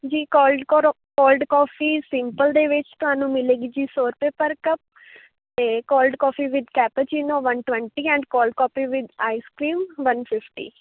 ਜੀ ਕੋਲਡ ਕੌਰ cold coffee simple ਦੇ ਵਿੱਚ ਤੁਹਾਨੂੰ ਮਿਲੇਗੀ ਜੀ ਸੌ ਰੁਪਏ ਪਰ ਕੱਪ ਅਤੇ cold coffee with cappuccino one twenty and cold coffee with ice cream one fifty